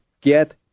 get